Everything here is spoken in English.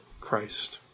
Christ